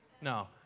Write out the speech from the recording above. No